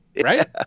Right